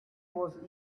was